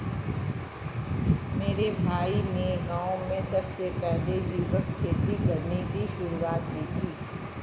मेरे भाई ने गांव में सबसे पहले जैविक खेती करने की शुरुआत की थी